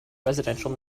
residential